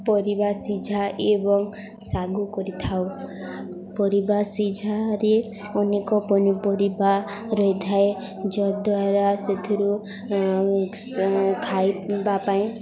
ପରିବା ସିଝା ଏବଂ ସାଗୁ କରିଥାଉ ପରିବା ସିଝାରେ ଅନେକ ପନିପରିବା ରହିଥାଏ ଯଦ୍ୱାରା ସେଥିରୁ ଖାଇବା ପାଇଁ